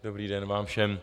Dobrý den vám všem.